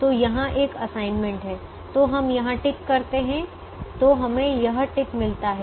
तो यहां एक असाइनमेंट है तो हम यहां टिक करते हैं तो हमें यह टिक मिलता है